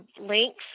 links